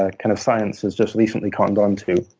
ah kind of science has just recently cottoned on to